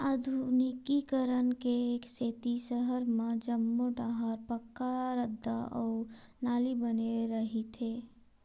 आधुनिकीकरन के सेती सहर म जम्मो डाहर पक्का रद्दा अउ नाली बने रहिथे